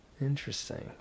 Interesting